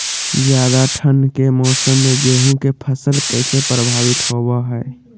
ज्यादा ठंड के मौसम में गेहूं के फसल कैसे प्रभावित होबो हय?